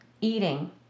eating